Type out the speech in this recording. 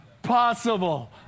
possible